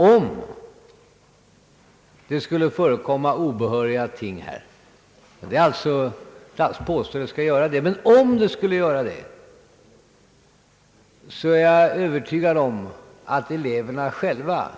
Om det skulle förekomma obehörig påtryckning — jag påstår inte att det gör det är jag övertygad om att eleverna själva